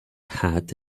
hat